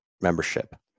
membership